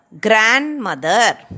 grandmother